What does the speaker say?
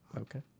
Okay